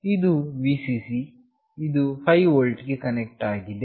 ಇದು Vcc ಇದು 5 volt ಗೆ ಕನೆಕ್ಟ್ ಆಗಿದೆ